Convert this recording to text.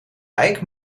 eik